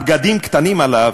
הבגדים קטנים עליו,